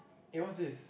eh what's this